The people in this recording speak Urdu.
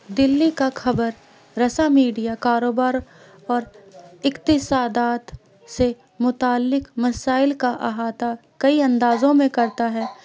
دلی کا خبر رسا میڈیا کاروبار اور اقتصادیات سے متعلق مسائل کا احاطہ کئی اندازوں میں کرتا ہے